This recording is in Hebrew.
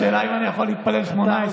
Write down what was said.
השאלה אם אני יכול להתפלל שמונה עשרה.